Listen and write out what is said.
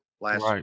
last